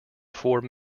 four